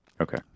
Okay